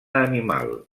animal